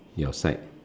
your side